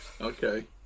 okay